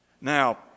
Now